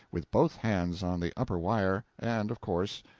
with both hands on the upper wire and, of course,